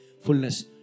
fullness